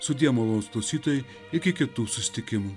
sudie malonūs klausytojai iki kitų susitikimų